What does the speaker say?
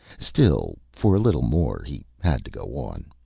still, for a little more, he had to go on.